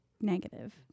negative